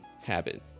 habit